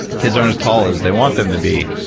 kids aren't as tall as they want them to be.